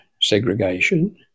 segregation